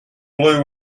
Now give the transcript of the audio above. blew